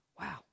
wow